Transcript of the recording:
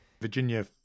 Virginia